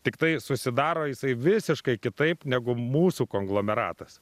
tiktai susidaro jisai visiškai kitaip negu mūsų konglomeratas